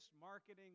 marketing